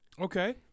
okay